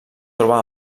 troba